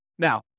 Now